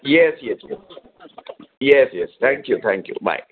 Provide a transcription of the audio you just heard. yes yes yes yes yes thank you thank you bye